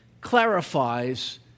clarifies